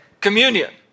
communion